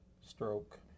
stroke